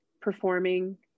performing